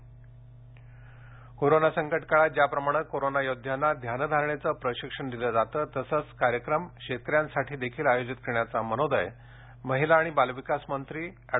Thakar corona संकटकाळात ज्याप्रमाणे corona योध्यांना ध्यानधारणेचे प्रशिक्षण दिले जात आहे तसेच कार्यक्रम शेतकऱ्यांसाठीही आयोजित करण्याचा मनोदय महिला आणि बालविकास मंत्री एड